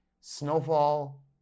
Snowfall